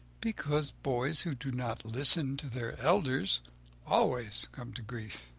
because boys who do not listen to their elders always come to grief.